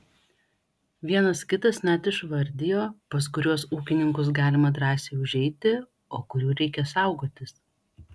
vienas kitas net išvardijo pas kuriuos ūkininkus galima drąsiai užeiti o kurių reikia saugotis